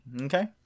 Okay